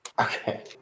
Okay